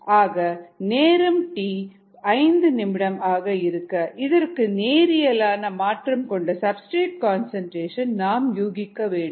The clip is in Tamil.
ஆக நேரம் 5 நிமிடம் ஆக இருக்க இதற்கு நேரியலான மாற்றம் கொண்ட சப்ஸ்டிரேட் கன்சன்ட்ரேஷன் நாம் யூகிக்க வேண்டும்